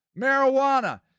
marijuana